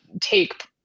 take